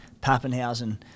Pappenhausen